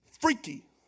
freaky